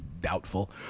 Doubtful